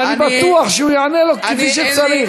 ואני בטוח שהוא יענה לו כפי שצריך.